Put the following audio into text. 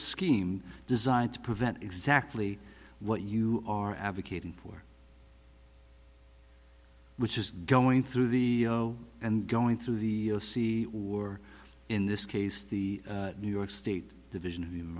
scheme designed to prevent exactly what you are advocating for which is going through the and going through the sea or in this case the new york state division of human